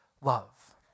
love